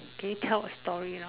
can you tell a story you know